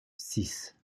six